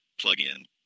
plug-in